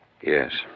Yes